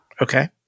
okay